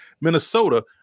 Minnesota